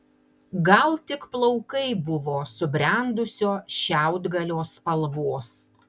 gal tik plaukai buvo subrendusio šiaudgalio spalvos